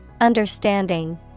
Understanding